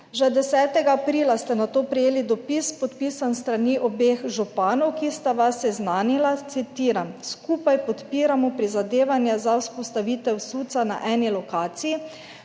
Že 10. aprila ste nato prejeli dopis, podpisan s strani obeh županov, ki sta vas seznanila, citiram: »Skupaj podpiramo prizadevanja za vzpostavitev SUC na eni lokaciji.